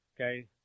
Okay